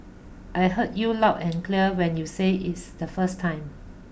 I heard you loud and clear when you say is the first time